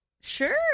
Sure